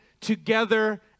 together